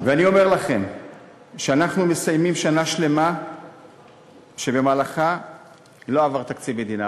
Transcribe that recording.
ואני אומר לכם שאנחנו מסיימים שנה שלמה שבמהלכה לא עבר תקציב מדינה,